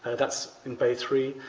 that's in bay three.